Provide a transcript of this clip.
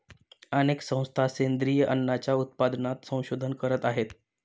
अनेक संस्था सेंद्रिय अन्नाच्या उत्पादनात संशोधन करत आहेत